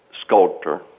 sculptor